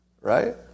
right